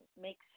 makes